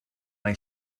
mai